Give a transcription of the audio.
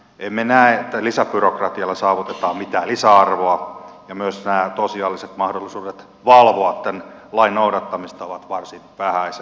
emme näe että lisäbyrokratialla saavutetaan mitään lisäarvoa ja myös nämä tosiasialliset mahdollisuudet valvoa tämän lain noudattamista ovat varsin vähäiset